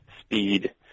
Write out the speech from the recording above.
speed